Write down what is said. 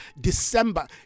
December